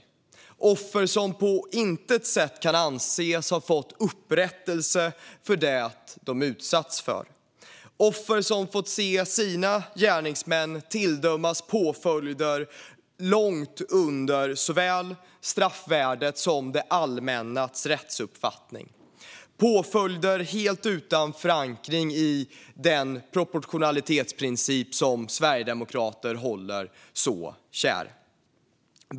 Dessa offer kan på intet sätt anses ha fått upprättelse för det som de utsatts för. Offer har fått se sina gärningsmän tilldömas påföljder som ligger långt ifrån såväl straffvärdet som det allmännas rättsuppfattning. Påföljderna är helt utan förankring i den proportionalitetsprincip som vi sverigedemokrater håller så kär.